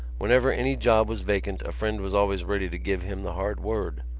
whenever any job was vacant a friend was always ready to give him the hard word.